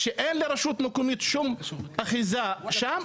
שאין לשום רשות מקומית אחיזה שם,